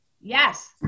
Yes